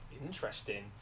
interesting